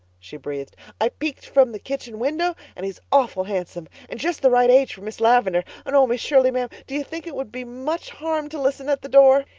she breathed, i peeked from the kitchen window. and he's awful handsome. and just the right age for miss lavendar. and oh, miss shirley, ma'am, do you think it would be much harm to listen at the door?